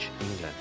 England